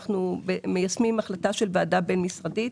אנחנו מיישמים החלטה של ועדה בין-משרדית